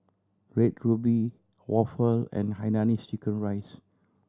Red Ruby waffle and hainanese chicken rice